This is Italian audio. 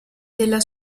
della